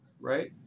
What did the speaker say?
right